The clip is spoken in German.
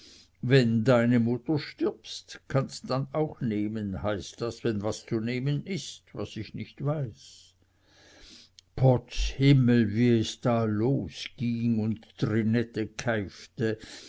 wenn deine mutter stirbt kannsts dann auch nehmen heißt das wenn was zu nehmen ist was ich nicht weiß potz himmel wie es da losging und trinette keifte